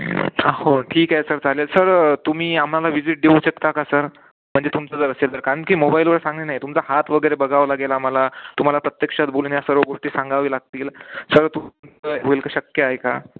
हो ठीक आहे सर चालेल सर तुम्ही आम्हाला व्हिजिट देऊ शकता का सर म्हणजे तुमचं जर असेल तर कारण की मोबाईलवर सांग नाही तुमचा हात वगैरे बघावा लागेल आम्हाला तुम्हाला प्रत्यक्षात बोलून या सर्व गोष्टी सांगाव्या लागतील सर तुम्ही होईल का शक्य आहे का